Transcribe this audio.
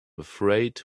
afraid